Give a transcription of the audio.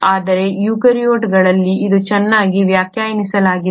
ಆದರೆ ಯುಕ್ಯಾರಿಯೋಟ್ಗಳಲ್ಲಿ ಇದನ್ನು ಚೆನ್ನಾಗಿ ವ್ಯಾಖ್ಯಾನಿಸಲಾಗಿದೆ